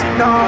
no